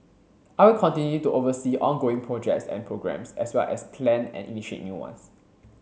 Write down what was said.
I will continue to oversee ongoing projects and programmes as well as plan and initiate new ones